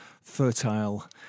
fertile